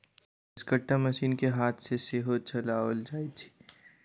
घसकट्टा मशीन के हाथ सॅ सेहो चलाओल जाइत छै